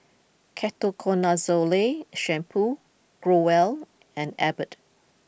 Ketoconazole Shampoo Growell and Abbott